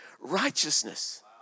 righteousness